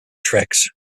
tracks